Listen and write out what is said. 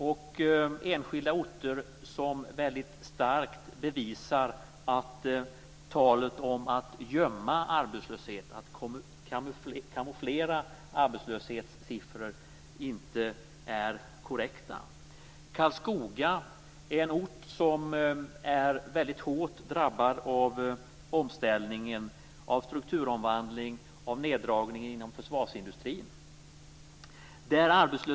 Det är orter som starkt bevisar att talet om att kamouflera arbetslöshetssiffror inte är korrekta. Karlskoga är en ort som är hårt drabbad av omställningen, av strukturomvandlingen och neddragningen inom försvarsindustrin.